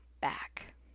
back